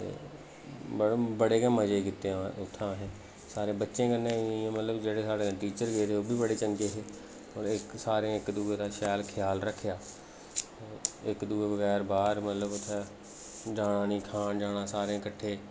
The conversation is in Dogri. ते बड़े गै मजे कीते अहें उत्थै असें सारें बच्चें कन्नै इ'यां मतलब जेह्ड़े साढ़े टीचर गेदे हे ओह्बी बड़े चंगे हे सारें इक दुए दा शैल ख्याल रक्खेआ इक दुए बगैर बाह्र मतलब उत्थैं जाना निं खान जाना सारें कट्ठे